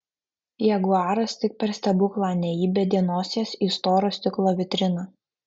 jaguaras tik per stebuklą neįbedė nosies į storo stiklo vitriną